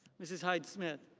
mrs. hyde smith.